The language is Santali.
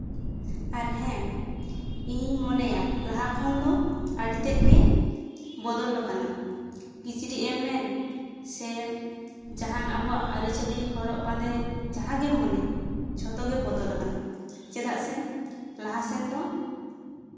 ᱟᱨ ᱦᱮᱸ ᱤᱧ ᱢᱚᱱᱮᱭᱟ ᱞᱟᱦᱟ ᱠᱷᱚᱱ ᱫᱚ ᱟᱹᱰᱤ ᱛᱮᱫ ᱜᱮ ᱵᱚᱫᱚᱞ ᱠᱟᱱᱟ ᱠᱤᱪᱨᱤᱪ ᱮᱢ ᱢᱮᱱ ᱥᱮ ᱡᱟᱦᱟᱱ ᱟᱵᱚᱣᱟᱜ ᱟᱹᱨᱤᱪᱟᱹᱞᱤ ᱦᱚᱨᱚᱜ ᱵᱟᱸᱫᱮ ᱡᱟᱦᱟᱸ ᱜᱮᱢ ᱢᱚᱱᱮ ᱡᱷᱚᱛᱚ ᱜᱮ ᱵᱚᱫᱚᱞ ᱟᱠᱟᱱᱟ ᱪᱮᱫᱟᱜ ᱥᱮ ᱞᱟᱦᱟ ᱥᱮᱱ ᱫᱚ